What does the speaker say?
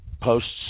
posts